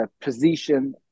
position